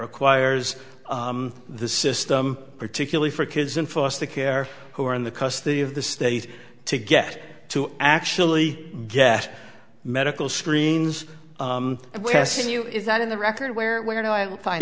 requires the system particularly for kids in foster care who are in the custody of the state to get to actually get medical screens is that in the record where where do i find